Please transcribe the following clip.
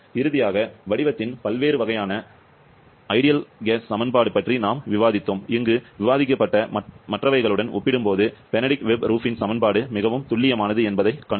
இறுதியாக வடிவத்தின் பல்வேறு வகையான உண்மையான வாயு சமன்பாடு பற்றி நாம் விவாதித்தோம் இங்கு விவாதிக்கப்பட்ட மற்றவர்களுடன் ஒப்பிடும்போது பெனடிக்ட் வெப் ரூபின் சமன்பாடு மிகவும் துல்லியமானது என்பதைக் கண்டோம்